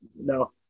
no